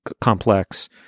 complex